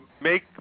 make